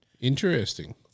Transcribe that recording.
Interesting